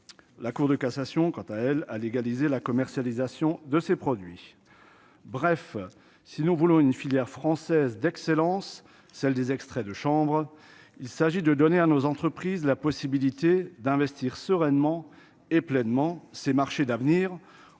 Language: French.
la Cour de cassation, quant à elle, a légalisé la commercialisation de ces produits, bref, si nous voulons une filière française d'excellence, celle des extraits de chambre, il s'agit de donner à nos entreprises la possibilité d'investir sereinement et pleinement ses marchés d'avenir